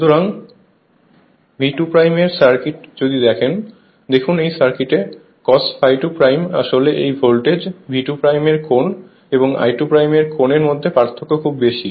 সুতরাং V2 এর circuit যদি দেখেন দেখুন এই সার্কিটে cos ∅2 আসলে এই ভোল্টেজ V2 এর কোণ এবং I2 এর কোণ এর মধ্যে পার্থক্য খুব বেশি